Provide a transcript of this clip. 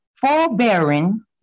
forbearing